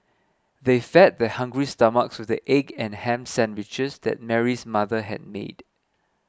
they fed their hungry stomachs with the egg and ham sandwiches that Mary's mother had made